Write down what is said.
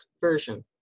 version